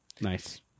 Nice